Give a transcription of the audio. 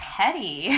petty